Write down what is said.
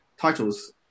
titles